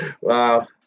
Wow